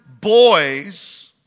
boys